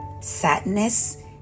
sadness